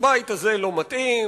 הבית הזה לא מתאים,